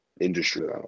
industry